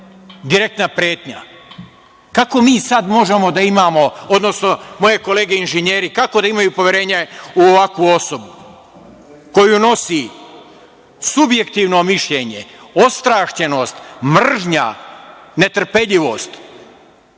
direktna pretnja. Kako mi sada možemo da imamo, odnosno moje kolege inženjeri kako da imaju poverenje u ovakvu osobu koja nosi subjektivno mišljenje, ostrašćenost, mržnja, netrpeljivost?